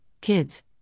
Kids